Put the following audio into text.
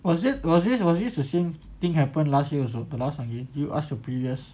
was it was this was this the same thing happened last year also the last time did you ask your previous